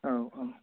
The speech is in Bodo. औ औ